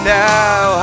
now